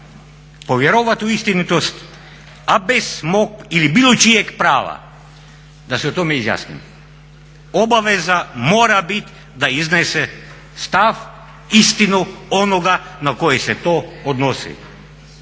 povjerovati u istinitost, a bez mog ili bilo čijeg prava da se o tome izjasnim. Obaveza mora bit da iznese stav, istinu onoga na kojeg se to odnosi.